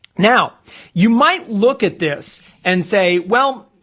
now you might look at this and say well,